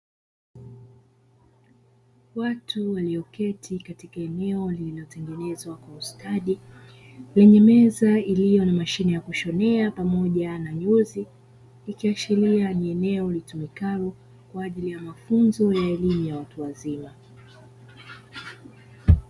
Watu waliketi kwenye eneo lililotengenezwa kwa ustadi lenye meza iliyo na mashine ya kushonea pamoja na nyuzi, ikiashiria ni eneo litumikalo kwa ajili ya mafunzo ya elimu ya watu wazima.